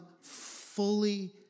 fully